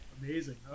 Amazing